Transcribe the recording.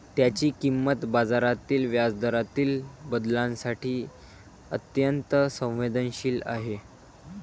त्याची किंमत बाजारातील व्याजदरातील बदलांसाठी अत्यंत संवेदनशील आहे